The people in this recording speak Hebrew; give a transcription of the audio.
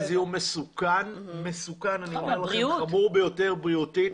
מדובר בזיהום מסוכן, מסוכן, חמור ביותר בריאותית.